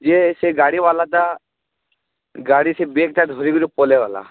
ଯେ ସେ ଗାଡ଼ିବାଲା ଟା ଗାଡ଼ିଥି ସେ ବେଗ୍ଟା ଧରିକିରି ପଲେଇ ଗଲା